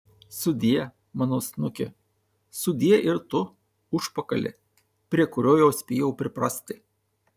sudie mano snuki sudie ir tu užpakali prie kurio jau spėjau priprasti